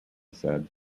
said